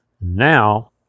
Now